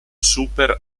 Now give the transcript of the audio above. super